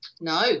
no